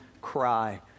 cry